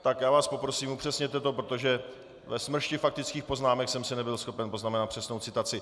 Tak vás poprosím, upřesněte to, protože ve smršti faktických poznámek jsem si nebyl schopen poznamenat přesnou citaci.